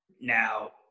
now